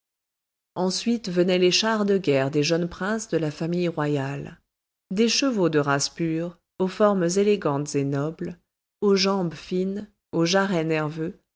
ensuite venaient les chars de guerre des jeunes princes de la famille royale des chevaux de race pure aux formes élégantes et nobles aux jambes fines aux jarrets nerveux